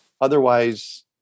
Otherwise